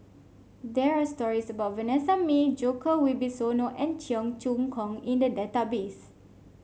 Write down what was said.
there are stories about Vanessa Mae Djoko Wibisono and Cheong Choong Kong in the database